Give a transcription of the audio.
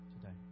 today